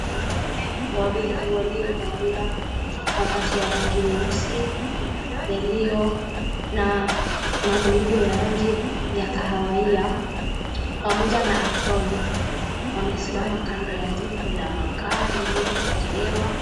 Wanaume wawili waliovalia mavazi ya rangi nyeusi yaliyo na madoido ya rangi ya kahawia, pamoja na aproni, wamesimama kando ya jiko la makaa lililoekelewa